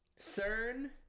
cern